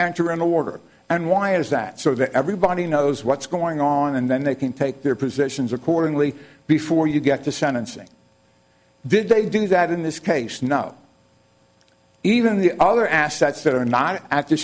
answer in the order and why is that so that everybody knows what's going on and then they can take their positions accordingly before you get to sentencing did they do that in this case no even the other assets that are not a